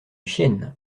chienne